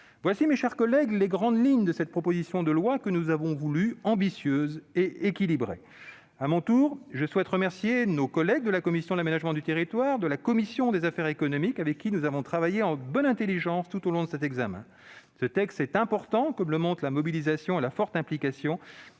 Voilà, mes chers collègues, les grandes lignes de cette proposition de loi, que nous avons voulue ambitieuse et équilibrée. À mon tour, je souhaite remercier nos collègues de la commission de l'aménagement du territoire et de la commission des affaires économiques, avec qui nous avons travaillé en bonne intelligence tout au long de cet examen. Ce texte est important, comme le montrent la mobilisation et la forte implication